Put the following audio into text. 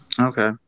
Okay